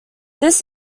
this